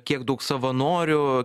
kiek daug savanorių